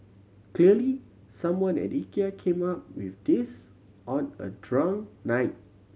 clearly someone at Ikea came up with this on a drunk night